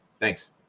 Thanks